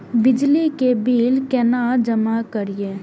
बिजली के बिल केना जमा करिए?